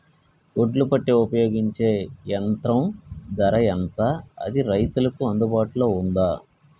ఒడ్లు పెట్టే ఉపయోగించే యంత్రం ధర ఎంత అది రైతులకు అందుబాటులో ఉందా?